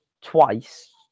twice